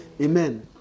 amen